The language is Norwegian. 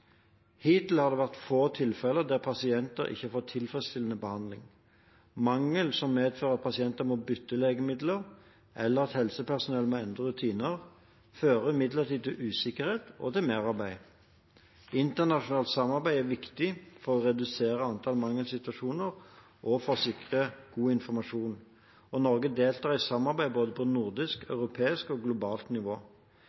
Hittil har det vært få tilfeller der pasienter ikke har fått tilfredsstillende behandling. Mangel som medfører at pasienter må bytte legemidler, eller at helsepersonell må endre rutiner, fører imidlertid til usikkerhet og til merarbeid. Internasjonalt samarbeid er viktig for å redusere antall mangelsituasjoner og for å sikre god informasjon. Norge deltar i samarbeid på nordisk,